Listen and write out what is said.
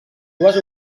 dues